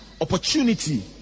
opportunity